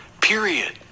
Period